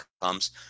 comes